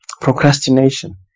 Procrastination